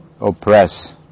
oppress